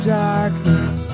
darkness